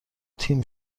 تیم